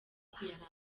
kurangiza